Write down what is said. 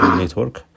network